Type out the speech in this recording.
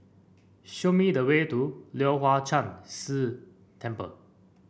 show me the way to Leong Hwa Chan Si Temple